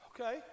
Okay